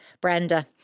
Brenda